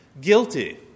guilty